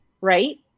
right